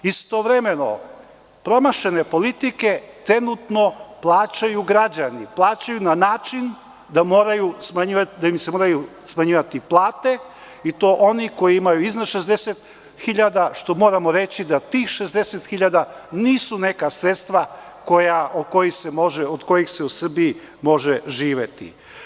Istovremeno, promašene politike trenutno plaćaju građani, plaćaju na način da im se moraju smanjivati plate, i to oni koji imaju iznad 60.000, a moramo reći da tih 60.000 nisu neka sredstva od kojih se u Srbiji može živeti.